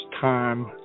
time